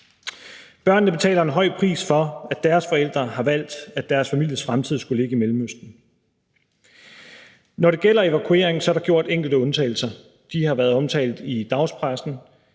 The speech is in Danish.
Børnene betaler en høj pris for, at deres forældre valgte, at deres families fremtid skulle ligge i Mellemøsten. Når det gælder evakuering, er der gjort enkelte undtagelser. De har været omtalt i dagspressen: